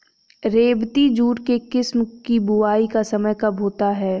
रेबती jute के किस्म की बुवाई का समय कब होता है?